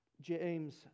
James